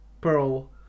Pearl